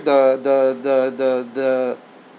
the the the the the